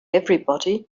everybody